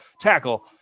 tackle